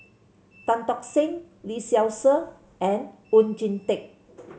Tan Tock Seng Lee Seow Ser and Oon Jin Teik